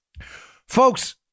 Folks